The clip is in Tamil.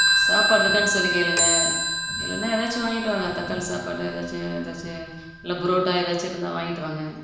சாப்பாடு இருக்கான்னு சொல்லி கேளுங்கள் இல்லைனா ஏதாச்சும் வாங்கிட்டு வாங்க தக்காளி சாப்பாடு ஏதாச்சும் ஏதாச்சும் இல்லை புரோட்டா ஏதாச்சும் இருந்தால் வாங்கிட்டு வாங்க